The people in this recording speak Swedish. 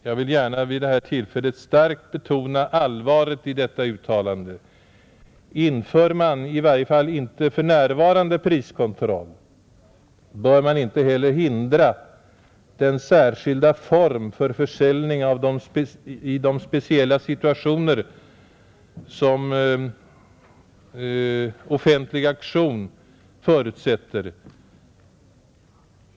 Jag vill gärna vid det här tillfället starkt betona allvaret i detta uttalande, Inför man i varje fall inte för närvarande priskontroll bör man inte heller hindra den särskilda form för försäljning i speciella situationer som offentlig auktion förutsätter.